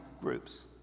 groups